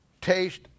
taste